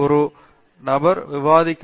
பேராசிரியர் பிரதாப் ஹரிதாஸ் சரி